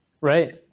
Right